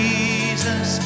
Jesus